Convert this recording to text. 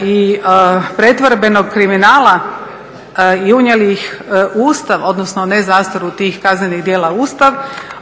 i pretvorbenog kriminala i unijeli ih u Ustav, odnosno nezastaru tih kaznenih djela u Ustav,